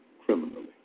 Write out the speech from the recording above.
criminally